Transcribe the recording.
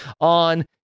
on